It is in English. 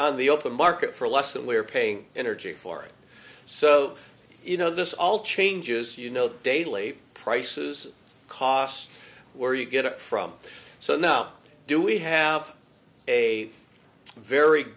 on the open market for less than we're paying energy for it so you know this all changes you know daily prices cost where you get it from so now do we have a very